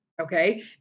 okay